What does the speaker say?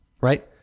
Right